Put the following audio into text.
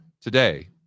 today